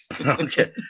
Okay